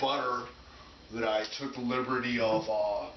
butter that i took the liberty o